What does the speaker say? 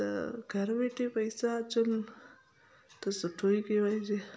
त घर वेठे पैसा अचनि त सुठो ई थी वञे